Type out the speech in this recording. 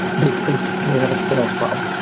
they think they have a sales problem,